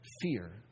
fear